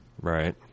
Right